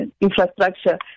infrastructure